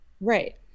Right